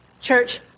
Church